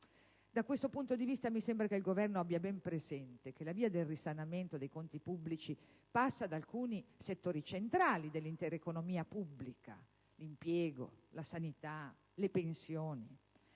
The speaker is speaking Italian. Da questo punto di vista, mi sembra che il Governo abbia ben presente che la via del risanamento dei conti pubblici passa da alcuni settori centrali per l'intera economia pubblica: impiego, sanità e pensioni.